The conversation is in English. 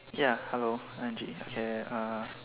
ya hello Angie and uh